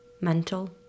mental